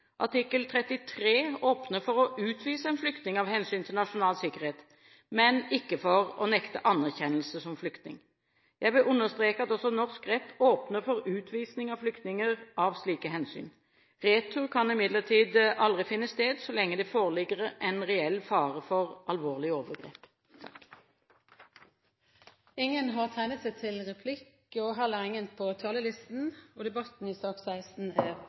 Artikkel 33 åpner for å utvise en flyktning av hensyn til nasjonal sikkerhet, men ikke for å nekte anerkjennelse som flyktning. Jeg vil understreke at også norsk rett åpner for utvisning av flyktninger av slike hensyn. Retur kan imidlertid aldri finne sted så lenge det foreligger en reell fare for alvorlige overgrep. Flere har ikke bedt om ordet til sak nr. 16. Etter ønske fra kommunal- og forvaltningskomiteen vil presidenten foreslå at taletiden begrenses til 40 minutter og